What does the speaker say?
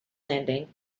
landing